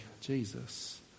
Jesus